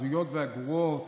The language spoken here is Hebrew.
ההזויות והגרועות,